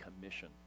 commission